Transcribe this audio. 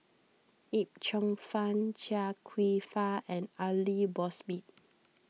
Yip Cheong Fun Chia Kwek Fah and Aidli Mosbit